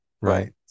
right